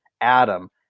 Adam